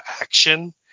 action